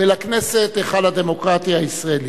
ולכנסת, היכל הדמוקרטיה הישראלי.